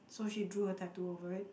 so she drew a tattoo over it